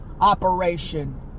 operation